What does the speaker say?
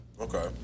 okay